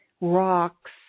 rocks